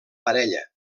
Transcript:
parella